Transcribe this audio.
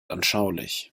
anschaulich